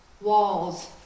walls